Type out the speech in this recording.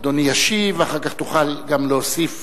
אדוני ישיב, ואחר כך תוכל גם להוסיף